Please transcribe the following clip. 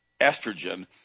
estrogen